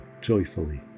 joyfully